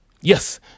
Yes